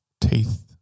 teeth